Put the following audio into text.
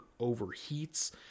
overheats